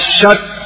shut